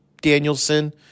Danielson